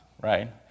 right